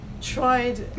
tried